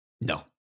No